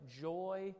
joy